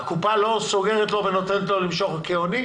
הקופה לא סוגרת לו ונותנת לו למשוך כהוני?